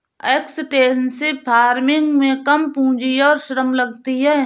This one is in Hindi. एक्सटेंसिव फार्मिंग में कम पूंजी और श्रम लगती है